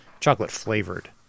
Chocolate-flavored